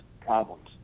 problems